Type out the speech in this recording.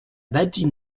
bâtie